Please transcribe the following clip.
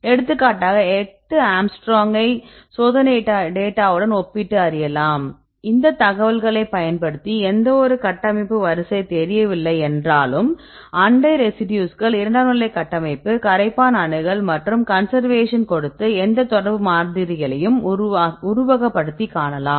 எடுத்துக்காட்டாக 8 ஆங்ஸ்ட்ரோம்ங்கை சோதனை டேட்டா உடன் ஒப்பிட்டு அறியலாம் இந்த தகவல்களை பயன்படுத்தி எந்த ஒரு கட்டமைப்பு வரிசை தெரியவில்லை என்றாலும் அண்டை ரெசிடியூஸ்கள் இரண்டாம் நிலை கட்டமைப்பு கரைப்பான் அணுகல் மற்றும் கன்சர்வேஷன்களை கொடுத்து இந்த தொடர்பு மாதிரிகளை உருவகப்படுத்தி காணலாம்